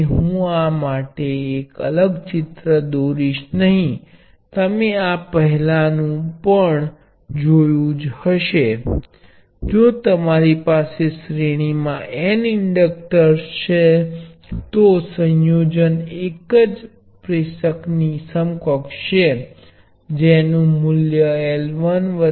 તેથી કેપેસિટરનું સમાંતર સંયોજન એકલ કેપેસિટરની જેમ કાર્ય કરે છે જેનું મૂલ્ય વ્યક્તિગત કેપેસિટર નો સરવાળો છે